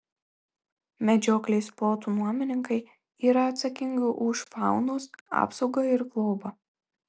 medžioklės plotų nuomininkai yra atsakingi už faunos apsaugą ir globą